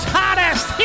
hottest